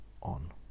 on